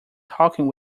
talking